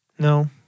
No